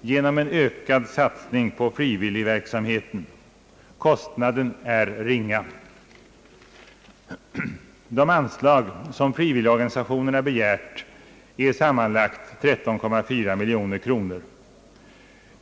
genom en ökad satsning på frivilligverksamheten. Kostnaden är ringa. De anslag som frivilligsorganisationerna begärt uppgår till sammanlagt 13,4 miljoner kronor.